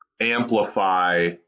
amplify